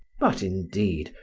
but, indeed,